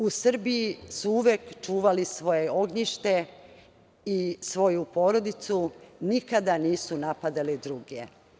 U Srbiji su uvek čuvali svoje ognjište i svoju porodicu, nikada nisu napadali druge.